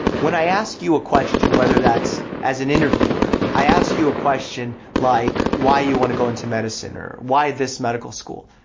when i ask you a question, whether that's as an interviewer, i ask you a question like why you wanna go into medicine, or why this medical school?